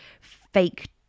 fake